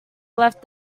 left